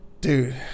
Dude